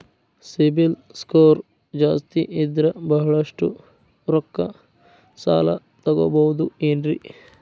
CIBIL score ಜಾಸ್ತಿ ಇದ್ರ ಬಹಳಷ್ಟು ರೊಕ್ಕ ಸಾಲ ತಗೋಬಹುದು ಏನ್ರಿ?